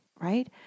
right